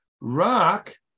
Rock